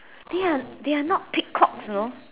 they are they are not peacocks you know